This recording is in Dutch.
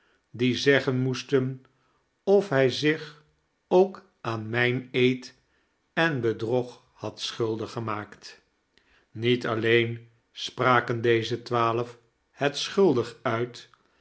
die zeggen moesten of hij zich ook aan meineed en bedrog had schuldig gemaakt niet alleen spraken deze twaalf het schuldig uit